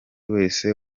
wese